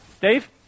Dave